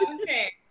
Okay